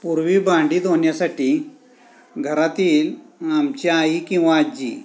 पूर्वी भांडी धुण्यासाठी घरातील आमची आई किंवा आजी